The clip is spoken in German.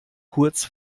kurz